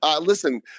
Listen